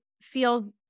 feels